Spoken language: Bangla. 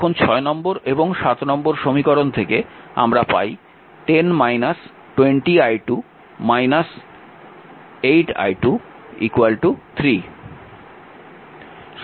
এখন নম্বর এবং নম্বর সমীকরণ থেকে আমরা পাই 10 20 i2 8 i2 3